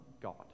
God